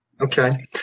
Okay